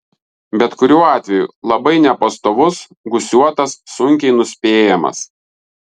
bet kuriuo atveju labai nepastovus gūsiuotas sunkiai nuspėjamas